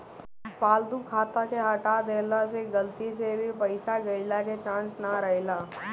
फालतू खाता के हटा देहला से गलती से भी पईसा गईला के चांस ना रहेला